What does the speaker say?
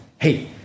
hey